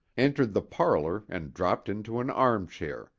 entered the parlor and dropped into an armchair,